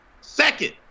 second